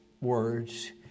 words